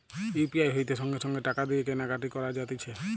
UPI হইতে সঙ্গে সঙ্গে টাকা দিয়ে কেনা কাটি করা যাতিছে